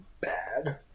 bad